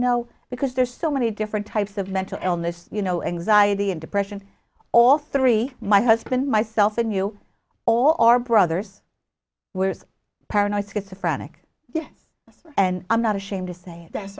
know because there's so many different types of mental illness you know anxiety and depression all three my husband myself and you all are brothers were paranoid schizophrenic yes yes and i'm not ashamed to say